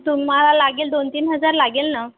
तुम्हाला लागेल दोन तीन हजार लागेल ना